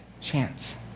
chance